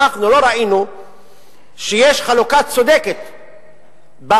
אנחנו לא ראינו שיש חלוקה צודקת בנטל.